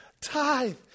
tithe